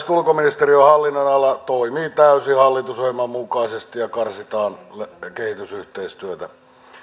ulkoministeriön hallinnonala toimii täysin hallitusohjelman mukaisesti ja karsitaan kehitysyhteistyötä